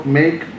make